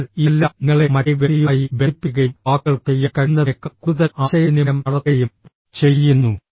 അതിനാൽ ഇതെല്ലാം നിങ്ങളെ മറ്റേ വ്യക്തിയുമായി ബന്ധിപ്പിക്കുകയും വാക്കുകൾക്ക് ചെയ്യാൻ കഴിയുന്നതിനേക്കാൾ കൂടുതൽ ആശയവിനിമയം നടത്തുകയും ചെയ്യുന്നു